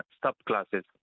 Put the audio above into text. subclasses